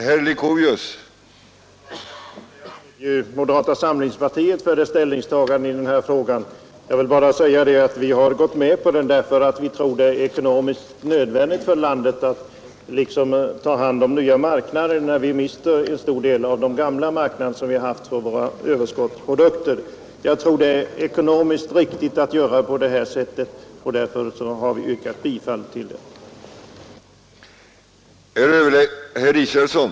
Herr talman! Herr Mossberger gjorde ett angrepp på moderata samlingspartiet för dess ställningstagande i den här frågan. Jag vill bara säga att vi har anslutit oss till förslaget därför att vi anser att det är ekonomiskt nödvändigt för landet att skapa nya marknader, när vi mister en stor del av de gamla marknader som vi haft för våra överskottsprodukter. Vi tror att det är ekonomiskt riktigt att göra på detta sätt, och därför har vi yrkat bifall till förslaget.